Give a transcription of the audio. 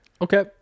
Okay